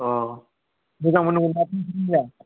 अ मोजां मोनो ना